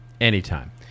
Anytime